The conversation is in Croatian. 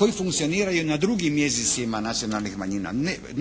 koji funkcioniraju na drugim jezicima nacionalnih manjina.